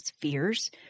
fears